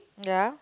ya